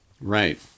Right